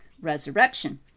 resurrection